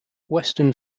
western